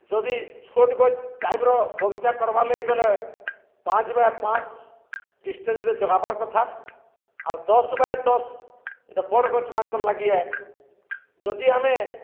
ଯଦି ଛୋଟ୍ ଗଛ୍ ଟାଇପ୍ର ବଗିଚା କର୍ବାର୍ ଲାଗିଗଲେ ପାଞ୍ଚ୍ ବାଏ ପାଞ୍ଚ୍ ଡିଷ୍ଟେନ୍ସରେ ଜଗାବାର୍ କଥା ଆର୍ ଦଶ୍ ବାଏ ଦଶ୍ ଇଟା ବଡ଼୍ ଗଛ୍ମାନଙ୍କର୍ ଲାଗି ଯଦି ଆମେ